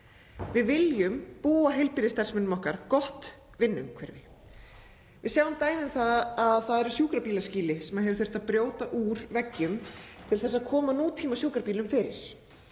Við viljum búa heilbrigðisstarfsmönnum okkar gott vinnuumhverfi. Við sjáum dæmi um að það eru sjúkrabílaskýli þar sem hefur þurft að brjóta úr veggjum til að koma nútímasjúkrabílum fyrir.